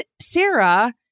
Sarah